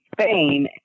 Spain